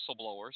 whistleblowers